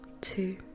two